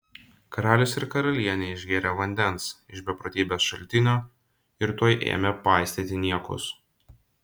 karalius ir karalienė išgėrė vandens iš beprotybės šaltinio ir tuoj ėmė paistyti niekus